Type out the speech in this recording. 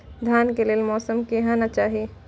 धान के लेल मौसम केहन चाहि?